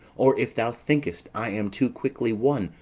or if thou thinkest i am too quickly won,